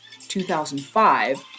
2005